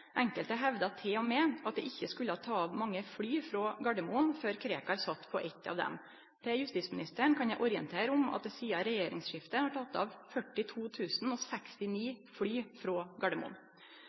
Enkelte hevda til og med at det ikkje skulle ta av mange fly frå Gardermoen før Krekar sat på éitt av dei. Eg kan orientere justisministeren om at det sidan regjeringsskiftet har teke av